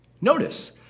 Notice